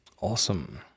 Awesome